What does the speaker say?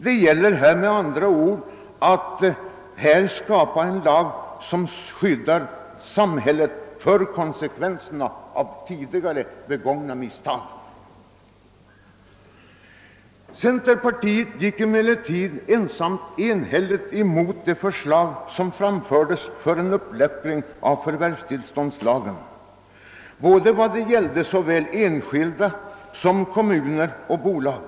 Det gäller, med andra ord, att skapa en lag, som skyddar samhället för konsekvenserna av tidigare begångna misstag. ligt emot förslaget om en uppmjukning av förvärvstillståndslagen när det gäller såväl enskilda som personer och bolag.